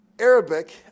Arabic